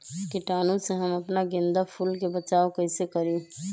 कीटाणु से हम अपना गेंदा फूल के बचाओ कई से करी?